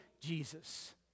Jesus